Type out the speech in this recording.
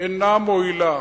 אינה מועילה,